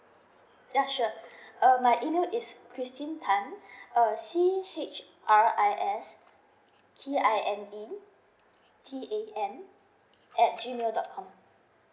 ya sure err my email is christine tan uh C H R I S T I N E T A N at G mail dot com